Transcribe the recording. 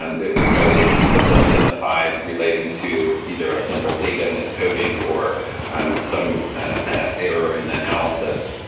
um there were no issues that were identified relating to either a simple data miscoding or um some error in the analysis.